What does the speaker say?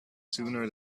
sooner